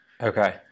okay